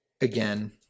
again